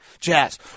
jazz